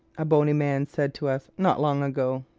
a bony man said to us not long ago.